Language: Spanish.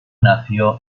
nació